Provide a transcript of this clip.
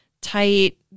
tight